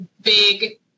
big